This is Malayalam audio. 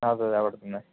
അ അതെ അതെ അവിടെ തന്നെ